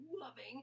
loving